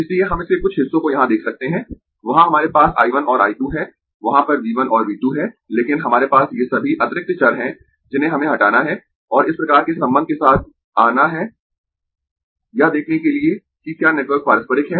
इसलिए हम इसके कुछ हिस्सों को यहां देख सकते है वहां हमारे पास यह I 1 और I 2 है वहाँ पर V 1 और V 2 है लेकिन हमारे पास ये सभी अतिरिक्त चर है जिन्हें हमें हटाना है और इस प्रकार के संबंध के साथ आना है यह देखने के लिए कि क्या नेटवर्क पारस्परिक है